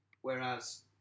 whereas